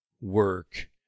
work